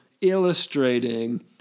illustrating